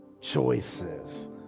choices